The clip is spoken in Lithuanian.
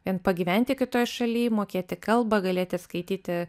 vien pagyventi kitoj šaly mokėti kalbą galėti skaityti